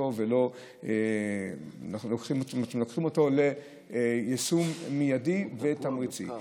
ולא לוקחים אותו ליישום מיידי ותמריצים.